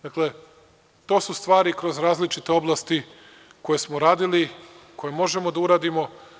Dakle, to su stvari kroz različite oblasti koje smo radili, koje možemo da uradimo.